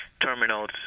terminals